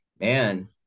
man